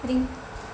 I think